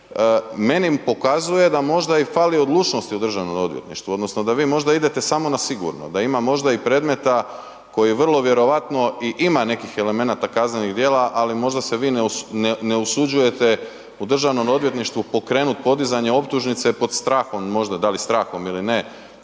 meni pokazuje da možda i fali odlučnosti u državnom odvjetništvu odnosno da vi možda idete samo na sigurno, da ima možda i predmeta koji vrlo vjerojatno i ima nekih elemenata kaznenih djela, ali možda se vi ne osuđujete u državnom odvjetništvu pokrenut podizanje optužnice pod strahom možda, da li strahom ili ne